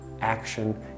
action